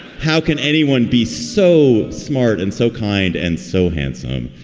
how can anyone be so smart and so kind and so handsome?